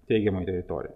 teigiamoj teritorijoj